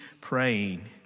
praying